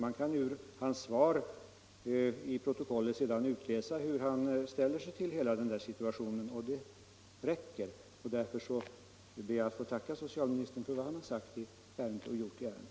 Man kan ju av hans svar i protokollet sedan utläsa hur han ställer sig till denna situation, och det räcker. Därför ber jag att få tacka socialministern för vad han har sagt och gjort i ärendet.